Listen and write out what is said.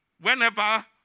Whenever